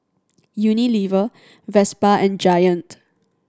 Unilever Vespa and Giant